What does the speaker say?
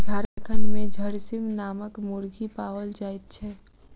झारखंड मे झरसीम नामक मुर्गी पाओल जाइत छै